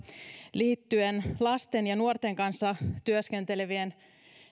liittyen lasten ja nuorten kanssa työskentelevien